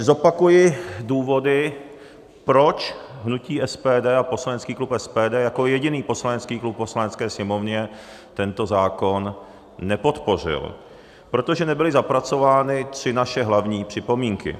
Zopakuji důvody, proč hnutí SPD a poslanecký klub SPD jako jediný poslanecký klub v Poslanecké sněmovně tento zákon nepodpořil: protože nebyly zapracovány tři naše hlavní připomínky.